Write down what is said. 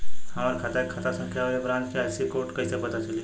हमार खाता के खाता संख्या आउर ए ब्रांच के आई.एफ.एस.सी कोड कैसे पता चली?